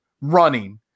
running